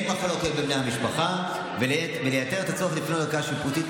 אין מחלוקת בין בני המשפחה ולייתר את הצורך לפנות לערכאה שיפוטית,